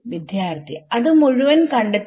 വിദ്യാർത്ഥി അത് മുഴുവൻ കണ്ടെത്തുക